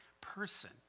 person